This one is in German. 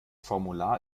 formular